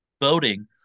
voting